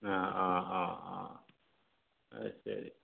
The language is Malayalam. ആ ആ ആ ആ അത് ശരി